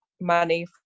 money